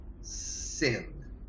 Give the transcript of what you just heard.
Sin